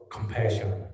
Compassion